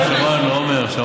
שמענו, שמענו, עמר.